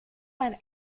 ein